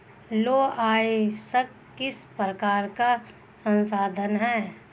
लौह अयस्क किस प्रकार का संसाधन है?